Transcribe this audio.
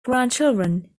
grandchildren